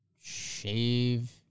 Shave